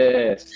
Yes